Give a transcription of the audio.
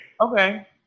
Okay